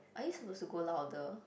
are we supposed to go louder